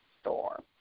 store